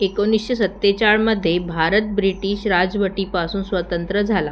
एकोणीशे सत्तेचाळमध्ये भारत ब्रिटिश राजवटीपासून स्वतंत्र झाला